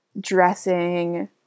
dressing